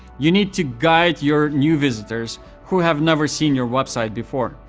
you need to guide your new visitors, who have never seen your website before.